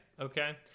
okay